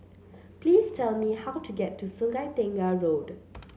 please tell me how to get to Sungei Tengah Road